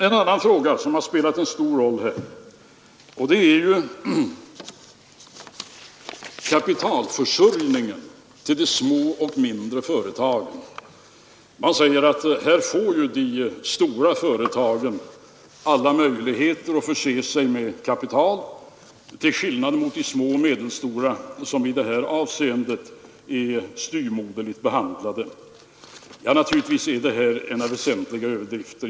En nnan fråga som har spelat stor roll här är kapitalförsörjningen till de små och mindre företagen. Man säger att de stora företagen får alla möjligheter att förse sig med kapital, till skillnad mot de små och medelstora som i detta avseende är styvmoderligt behandlade. Naturligtvis är detta väsentliga överdrifter.